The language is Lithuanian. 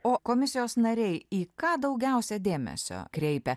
o komisijos nariai į ką daugiausia dėmesio kreipia